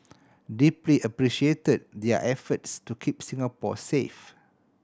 deeply appreciated their efforts to keep Singapore safe